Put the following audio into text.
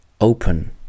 open